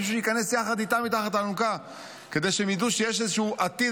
מישהו שייכנס יחד איתם מתחת לאלונקה כדי שהם ידעו שיש איזשהו עתיד,